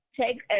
Take